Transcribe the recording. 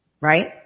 right